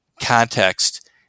context